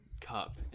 cup